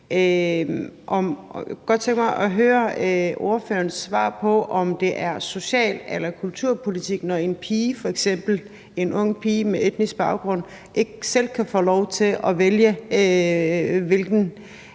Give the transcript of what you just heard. jeg kunne godt tænke mig at høre ordførerens svar på, om det er social- eller kulturpolitik, når f.eks. en ung pige med anden etnisk baggrund ikke selv kan få lov til at vælge, hvilken